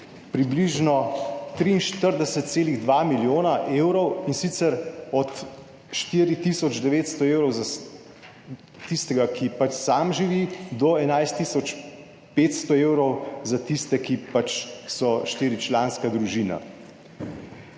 približno 43,2 milijona evrov in sicer od 4.900 evrov za tistega, ki sam živi do 11.500 evrov za tiste, ki pač so štiričlanska družina.